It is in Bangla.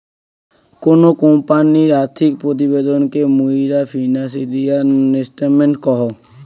কোনো কোম্পানির আর্থিক প্রতিবেদন কে মুইরা ফিনান্সিয়াল স্টেটমেন্ট কহু